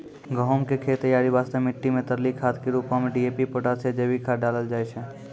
गहूम के खेत तैयारी वास्ते मिट्टी मे तरली खाद के रूप मे डी.ए.पी पोटास या जैविक खाद डालल जाय छै